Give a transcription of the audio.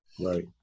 Right